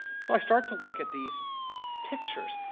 so i start to look at these pictures,